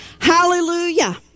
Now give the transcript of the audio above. Hallelujah